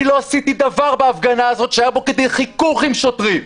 אני לא עשיתי דבר בהפגנה הזאת שהיה בו כדי חיכוך עם שוטרים,